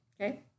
Okay